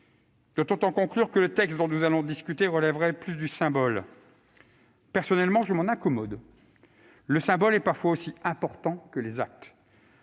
Doit-on en conclure que le texte dont nous allons discuter relèverait davantage du symbole ? Personnellement, je m'en accommode. Le symbole est parfois aussi important que les actes,